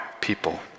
people